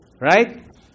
Right